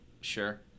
Sure